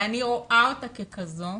ואני רואה אותה ככזו,